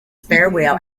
farewell